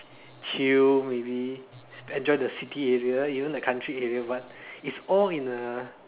chill maybe enjoy the city area even the country area but is all in a